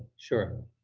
sure.